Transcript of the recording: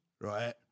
right